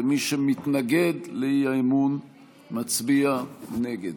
ומי שמתנגד לאי-אמון מצביע נגד.